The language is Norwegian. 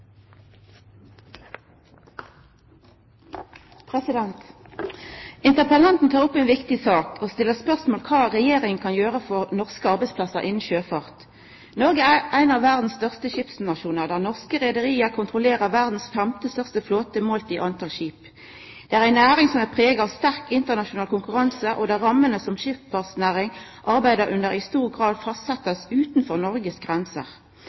Interpellanten tek opp ei viktig sak og stiller spørsmål ved kva Regjeringa kan gjera for norske arbeidsplassar innan sjøfarten. Noreg er ein av dei største skipsfartsnasjonane i verda. Norske reiarlag kontrollerer den femte største flåten i verda målt i talet på skip. Det er ei næring som er prega av sterk internasjonal konkurranse, der rammene som skipsfartsnæringa arbeider under, i stor grad blir fastsette utanfor Noregs grenser.